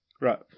Right